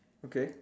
okay